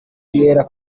yera